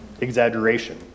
exaggeration